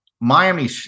Miami